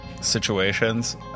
situations